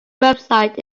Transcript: website